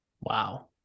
wow